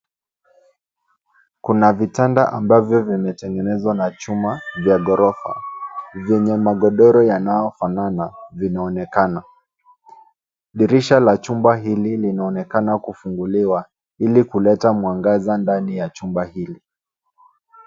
Kuna vitanda ambavyo vimetengenezwa na chuma vya ghorofa zenye magodoro yanayofanana vinaonekana. Dirisha la chumba hili linaonekana kufunguliwa ili kuleta mwangaza ndani ya chumba hili.